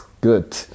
good